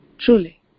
truly